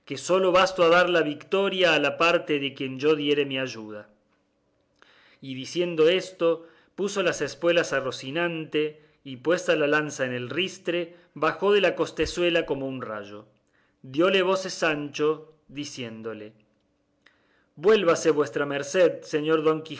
solo basto a dar la victoria a la parte a quien yo diere mi ayuda y diciendo esto puso las espuelas a rocinante y puesta la lanza en el ristre bajó de la costezuela como un rayo diole voces sancho diciéndole vuélvase vuestra merced señor